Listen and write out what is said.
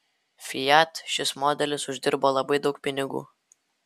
fiat šis modelis uždirbo labai daug pinigų